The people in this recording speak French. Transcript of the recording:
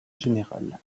général